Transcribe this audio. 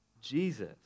Jesus